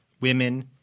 women